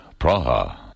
Praha